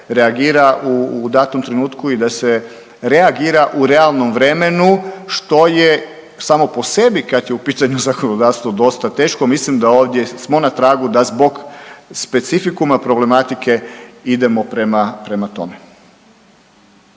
reagira u datom trenutku i da se reagira u realnom vremenu što je samo po sebi kad je u pitanju zakonodavstvo dosta teško. Mislim da ovdje smo na tragu da zbog specifikuma problematike idemo prema,